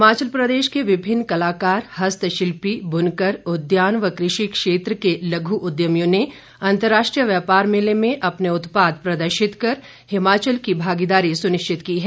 हिमाचल प्रदेश के विभिन्न कलाकार हस्तशिल्पी बुनकर उद्यान व कृषि के क्षेत्र के लघु उद्यमियों ने अंतरराष्ट्रीय व्यापार मेले में अपने उत्पाद प्रदर्शित कर हिमाचल की भागीदारी सुनिश्चित की है